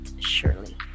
surely